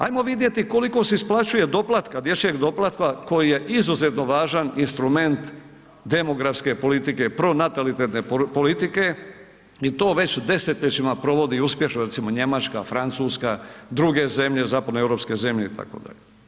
Ajmo vidjeti koliko se isplaćuje doplatka, dječjeg doplatka koji je izuzetno važan instrument demografske politike, pronatalitetne politike i to već desetljećima provodi uspješno recimo Njemačka, Francuska, druge zemlje, zapadnoeuropske zemlje itd.